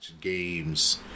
games